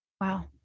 Wow